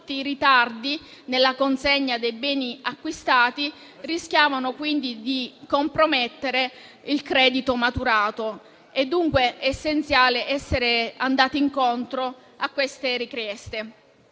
forti ritardi nella consegna dei beni acquistati rischiavano di compromettere il credito maturato. È dunque essenziale essere andati incontro a queste richieste.